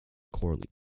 corley